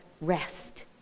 rest